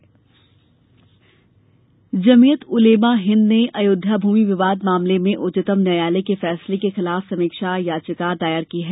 अयोध्या भूमि विवाद जमीयत उलेमा ए हिन्द ने अयोध्या भूमि विवाद मामले में उच्चतम न्यायालय के फैसले के खिलाफ समीक्षा याचिका दायर की है